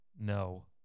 no